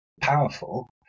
powerful